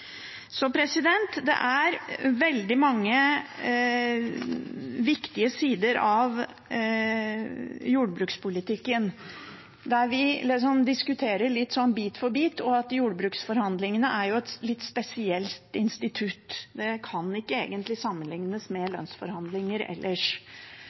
så må det flertallet som banker det igjennom, ta ansvaret for de virkningene som har kommet av de endringene. Det er veldig mange viktige sider ved jordbrukspolitikken vi diskuterer litt sånn bit for bit, og jordbruksforhandlingene er jo et litt spesielt institutt. Det kan egentlig ikke